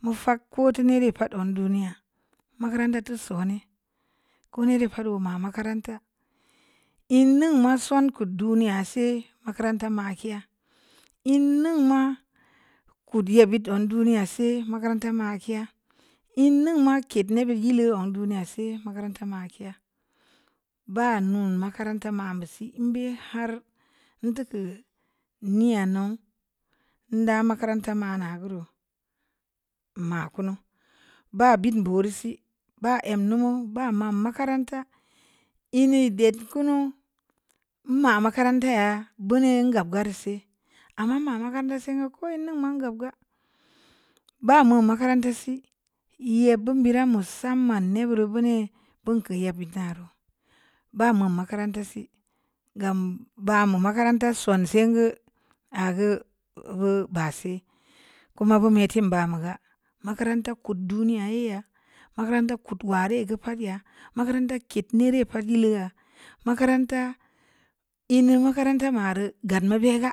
Mu fag ko ti miri pə dan duniya makaranta to sone koni ri pə do ma makarnata ən nnen mə sonku duniya sii makaranta ma'ake'a nneŋ ma kut də bi ton duniya sii makaranta ma'a k'e'a nnen ma ket nibi yelu wun duniya si makaratna ma'a k'e'a bə nun makaranta məb si ən bi har nda kə n'ea nu nda makaranta ma'na guru ma kunu bə bit boreu si bə əm numu bə ma makaranta nne det kunuma makaranta ya banŋ gəb gar si ama nma makaranta sengə ko nnen ma gab gə ba nma makaranta si yebun burə musanma ne gur gune’ pun ki'i'a yibi daru bə nm makaranta si gam ba mu makaratna sonse’ ngə a gə gə basi koma gə me’ tin bə mungə makaranta kut duniya e’ ya makaranta kut warə par ya makaranta kit niri par dua’ makaranta nne makaratan ma rə gər me’ be’ ga